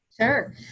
Sure